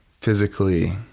physically